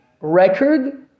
record